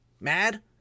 mad